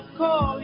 call